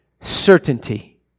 certainty